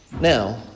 Now